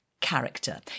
Character